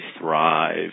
thrive